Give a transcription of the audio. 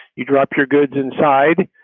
you drop your goods inside.